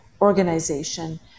organization